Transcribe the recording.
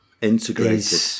Integrated